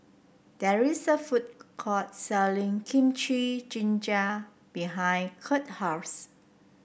there is a food court selling Kimchi Jjigae behind Curt house